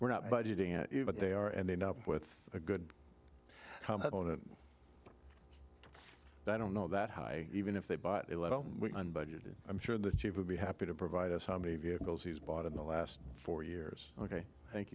we're not budgeting it but they are and end up with a good comment on it i don't know that high even if they bought it on budget i'm sure the chief would be happy to provide us how many vehicles he's bought in the last four years ok thank